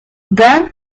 then